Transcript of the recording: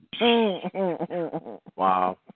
Wow